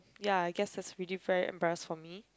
ya I guess that is really very embarrassed for me